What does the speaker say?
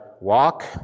walk